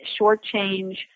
shortchange